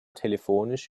telefonisch